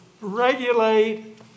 regulate